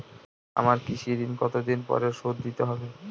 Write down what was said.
আমার কৃষিঋণ কতদিন পরে শোধ দিতে হবে?